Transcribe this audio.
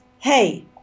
hey